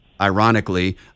ironically